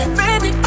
baby